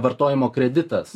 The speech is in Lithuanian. vartojimo kreditas